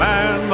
Man